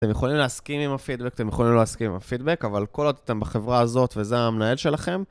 אתם יכולים להסכים עם הפידבק, אתם יכולים לא להסכים עם הפידבק, אבל כל עוד אתם בחברה הזאת וזה המנהל שלכם...